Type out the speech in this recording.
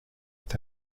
est